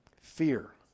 Fear